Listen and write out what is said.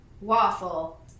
waffle